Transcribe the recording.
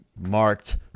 marked